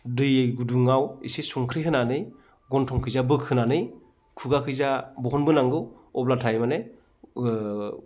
दै गुदुङाव एसे संख्रि होनानै गन्थंखैजा बोखोनानै खुगाखैजा बहनबोनांगौ अब्लाथाय माने